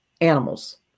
animals